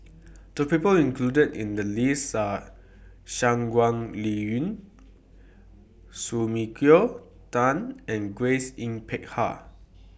The People included in The list Are Shangguan Liuyun Sumiko Tan and Grace Yin Peck Ha